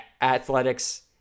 athletics